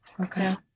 Okay